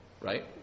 right